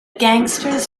gangsters